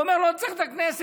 והוא אומר שלא צריך את הכנסת,